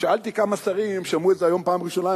שאלתי כמה שרים אם הם שמעו את זה היום פעם ראשונה,